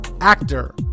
actor